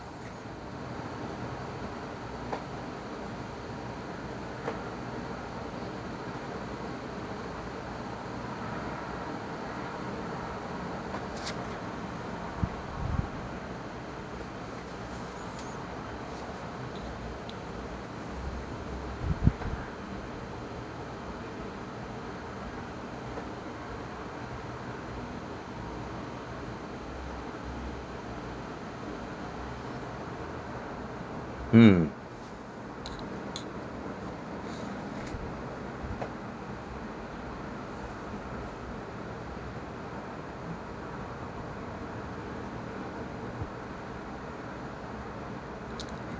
hmm